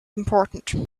important